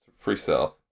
pre-sale